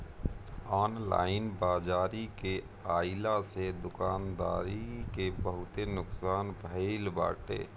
online बाजारी के आइला से दुकानदारी के बहुते नुकसान भईल बाटे